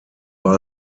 war